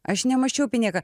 aš nemąsčiau apie nieką